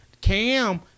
Cam